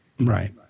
Right